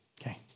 Okay